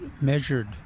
measured